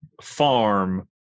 farm